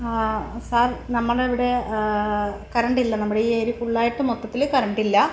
sir നമ്മളിവിടെ കറണ്ടില്ല നമ്മുടെ ഈ ഏരിയ ഫുള്ളായിട്ട് മൊത്തത്തിൽ കറണ്ടില്ല